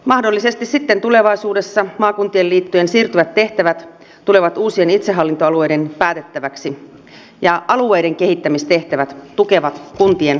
mahdollisesti sitten tulevaisuudessa maakuntien liittojen siirtyvät tehtävät tulevat uusien itsehallintoalueiden päätettäväksi ja alueiden kehittämistehtävät tukevat kuntien elinvoimaa